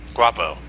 Guapo